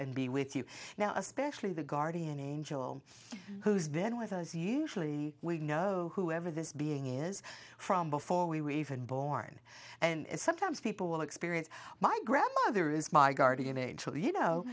and be with you now especially the guardian angel who's been with us usually we know whoever this being is from before we were even born and sometimes people will experience my grandmother is my guardian angel you know